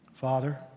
Father